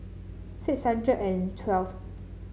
six hundred and twelfth